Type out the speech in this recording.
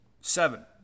Seven